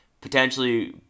potentially